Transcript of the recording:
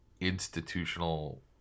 institutional